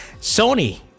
sony